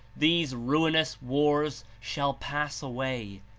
these ruinous wars shall pass away,